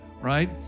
right